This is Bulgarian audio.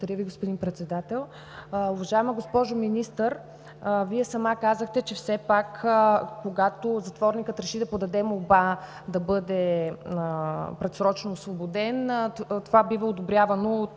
Благодаря Ви, господин Председател. Уважаема госпожо Министър, Вие сама казахте, че все пак, когато затворникът реши да подаде молба да бъде предсрочно освободен, това бива одобрявано